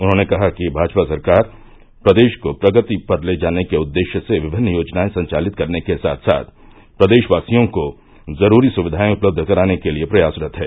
उन्होंने कहा कि भाजपा सरकार प्रदेश को प्रगति पर ले जाने के उद्देश्य से विभिन्न योजनाए संचालित करने के साथ साथ प्रदेशवासियों को जरूरी सुविधाएं उपलब्ध कराने के लिये प्रयासरत है